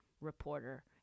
reporter